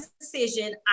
decision